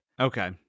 okay